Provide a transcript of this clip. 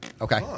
Okay